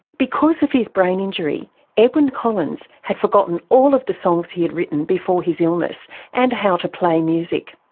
because of his brain injury edwyn collins had forgotten all of the songs he had written before his illness and how to play music,